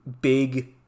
big